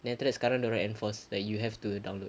then after that sekarang dia orang enforce like you have to download